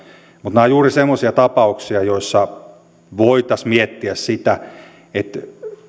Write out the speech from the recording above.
mutta nämä ovat juuri semmoisia tapauksia joissa voitaisiin miettiä sitä itse